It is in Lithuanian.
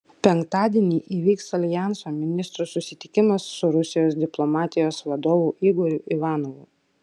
penktadienį įvyks aljanso ministrų susitikimas su rusijos diplomatijos vadovu igoriu ivanovu